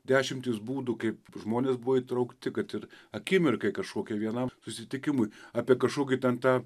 dešimtys būdų kaip žmonės buvo įtraukti kad ir akimirkai kažkokiai vienam susitikimui apie kažkokį ten tą